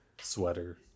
sweater